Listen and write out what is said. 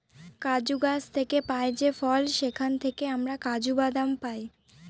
কাজু গাছ থেকে পাই যে ফল সেখান থেকে আমরা কাজু বাদাম পাই